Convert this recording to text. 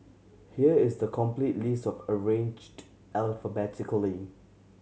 here is the complete list of arranged alphabetically